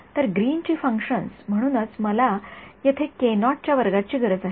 तर ग्रीनची फंक्शन्स म्हणूनच मला येथे केनॉटच्या वर्गाची गरज आहे